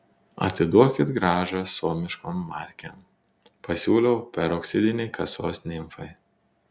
atiduokit grąžą suomiškom markėm pasiūliau peroksidinei kasos nimfai